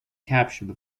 captured